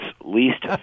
least